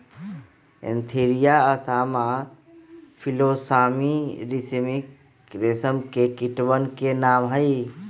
Antheraea असामा फिलोसामिया रिसिनी रेशम के कीटवन के नाम हई